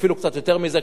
אפילו קצת יותר מזה,